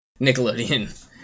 Nickelodeon